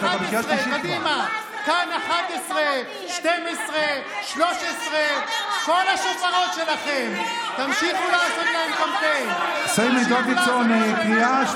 כאן 11. כאן 11. סימון דוידסון, קריאה ראשונה.